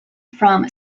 from